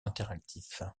interactif